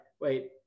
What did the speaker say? wait